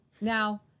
Now